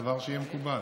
זה דבר שיהיה מקובל.